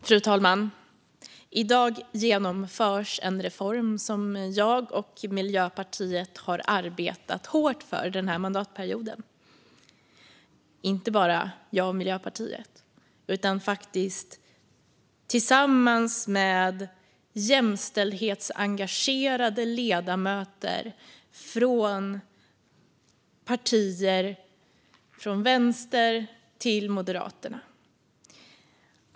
Fru talman! I dag genomförs en reform som jag och Miljöpartiet har arbetat hårt för den här mandatperioden - och inte bara jag och Miljöpartiet utan vi tillsammans med jämställdhetsengagerade ledamöter från partier från vänster till Moderaterna.